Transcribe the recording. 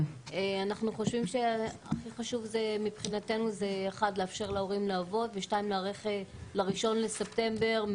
אנחנו חושבים שהכי חשוב זה לאפשר להורים לעבוד ולהיערך ל-1 לספטמבר,